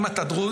אם אתה דרוזי,